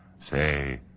Say